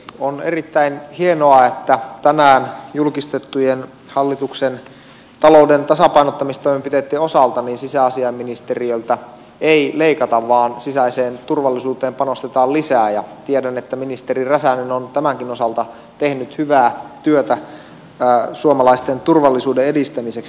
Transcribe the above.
on erittäin hienoa että tänään julkistettujen hallituksen talouden tasapainottamistoimenpiteitten osalta sisäasiainministeriöltä ei leikata vaan sisäiseen turvallisuuteen panostetaan lisää ja tiedän että ministeri räsänen on tämänkin osalta tehnyt hyvää työtä suomalaisten turvallisuuden edistämiseksi